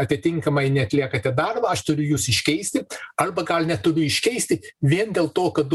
atitinkamai neatliekate darbą aš turiu jus iškeisti arba gal neturiu iškeisti vien dėl to kad